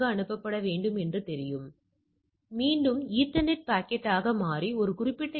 எனவே என்பது உங்கள் திட்ட விலக்கம் வகுத்தல் வர்க்கத்தால் அல்ல